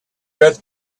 earth